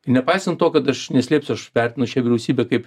nepaisant to kad aš neslėpsiu aš vertinu šią vyriausybę kaip